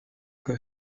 que